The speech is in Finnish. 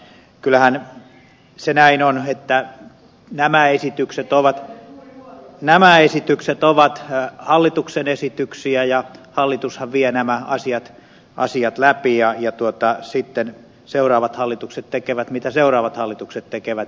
kyllähän se näin on että nämä esitykset ovat hallituksen esityksiä ja hallitushan vie nämä asiat läpi ja sitten seuraavat hallitukset tekevät mitä seuraavat hallitukset tekevät